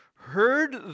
Heard